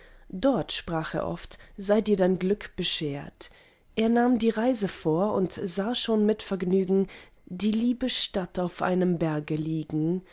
dort sprach er oft sei dir dein glück beschert er nahm die reise vor und sah schon mit vergnügen die liebe stadt auf einem berge liegen